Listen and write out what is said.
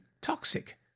toxic